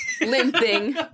limping